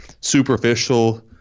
superficial